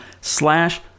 slash